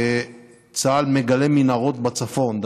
צה"ל מגלה מנהרות בצפון,